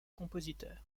compositeur